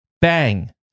Bang